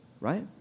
Right